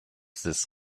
this